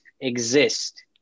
exist